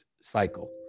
cycle